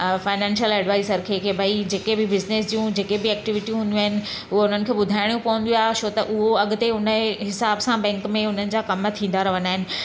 अ financial adviser खे के भई जेके बि बिज़नेस जूं जेके बि एक्टोविटियूं हूंदियूं आहिनि हूअ उन्हनि खे ॿुधाइणियूं पवंदियूं आहे छो त उहो अॻिते उनजे हिसाब सां बैंक में उनजा कमु थींदा रहंदा आहिनि